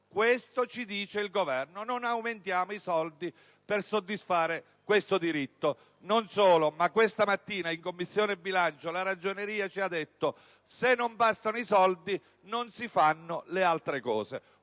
Questo ci dice il Governo: non aumentiamo i soldi per soddisfare questo diritto. Inoltre, questa mattina in Commissione bilancio la Ragioneria ci ha fatto presente che se non bastano i soldi non si fanno le altre cose.